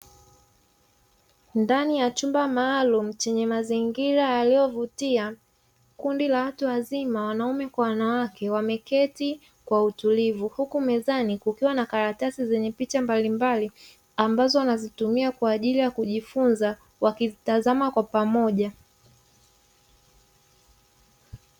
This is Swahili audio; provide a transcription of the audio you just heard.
Ndani ya chumba maalumu chenye mazingira yaliyovutia, kundi la watu wazima wanaume kwa wanawake wameketi kwa utulivu, huku mezani kukiwa na karatasi zenye picha mbalimbali ambazo wanazitumia kwa ajili ya kujifunza wakizitazama kwa pamoja.